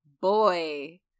boy